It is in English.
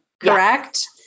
correct